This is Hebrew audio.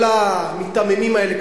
כל המיתממים האלה,